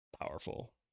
powerful